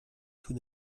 tout